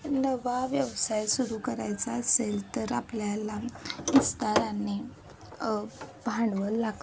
नवा व्यवसाय सुरू करायचा असेल तर आपल्याला विस्ताराने भांडवल लागतं